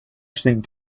seemed